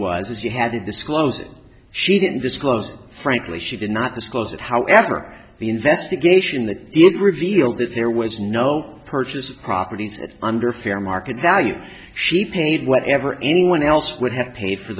was is you have to disclose it she didn't disclose frankly she did not disclose it however the investigation that it revealed that there was no purchase of properties under fair market value she paid whatever anyone else would have paid for